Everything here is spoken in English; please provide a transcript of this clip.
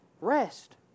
Rest